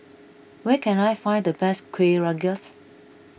where can I find the best Kueh Rengas